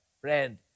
friend